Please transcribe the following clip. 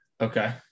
okay